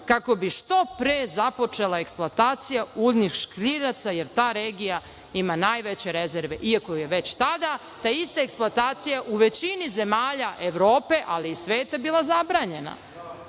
kako bi što pre započela eksploatacija uljnih škriljaca, jer ta regija ima najveće rezerve, iako je već tada ta ista eksploatacija u većini zemalja Evrope, ali i sveta bila zabranjena,